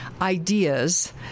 ideas